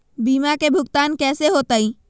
बीमा के भुगतान कैसे होतइ?